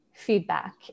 Feedback